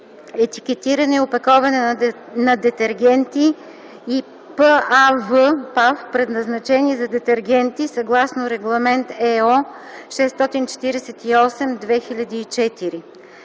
етикетиране и опаковане на детергенти и ПАВ, предназначени за детергенти съгласно Регламент (ЕО) № 648/2004;